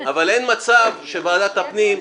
אבל אין מצב שוועדת הפנים,